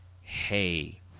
hey